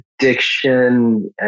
addiction